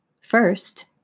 First